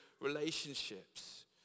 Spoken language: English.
relationships